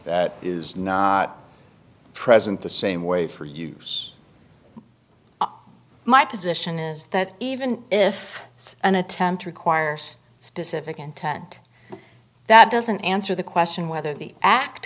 that is not present the same way for use my position is that even if it's an attempt requires a specific intent that doesn't answer the question whether the act